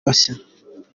bashya